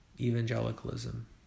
evangelicalism